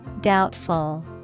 Doubtful